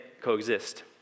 coexist